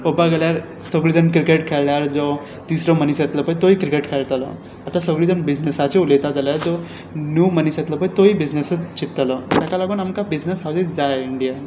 पळोवपाक गेल्यार सगळी जाण क्रिकेट खेळ्ळ्यार जो तिसरो मनीस येतलो पळय तोय क्रिकेट खेळटलो आतां सगळी जाण बिजनसाचें उलयता जाल्यार जो न्यू मनीस येतलो पळय तोय बिजनसूच चिंत्तलो ताका लागून आमकां बिजनस हावजीस जाय इंडियान